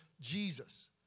Jesus